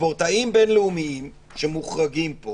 ספורטאים בין-לאומיים, שמוחרגים פה